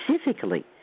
specifically